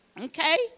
Okay